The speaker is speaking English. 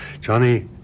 Johnny